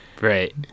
Right